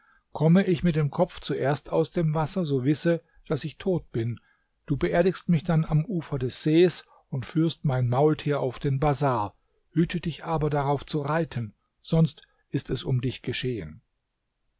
komme ich mit dem kopf zuerst aus dem wasser so wisse daß ich tot bin du beerdigst mich dann am ufer des sees und führst mein maultier auf den bazar hüte dich aber darauf zu reiten sonst ist es um dich geschehen